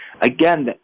again